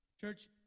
Church